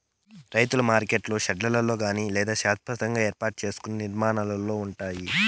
రైతుల మార్కెట్లు షెడ్లలో కానీ లేదా శాస్వతంగా ఏర్పాటు సేసుకున్న నిర్మాణాలలో ఉంటాయి